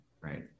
right